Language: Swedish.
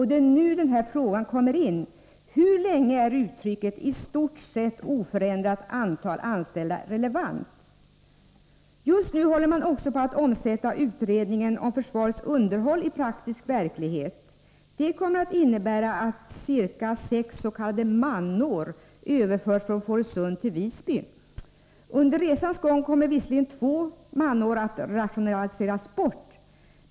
Det är här min fråga kommer in i bilden: Hur länge är uttrycket ”i stort sett oförändrat antal anställda” relevant? Just nu håller man också på att omsätta utredningen om försvarets underhåll, U 80, i praktisk verklighet. Det kommer att innebära att ca 6 s.k. manår överförs från Fårösund till Visby. Under resans gång rationaliseras 2 manår bort!